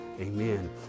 Amen